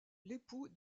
l’époux